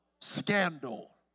scandal